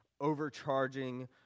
overcharging